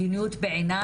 מדיניות בעיני